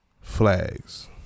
flags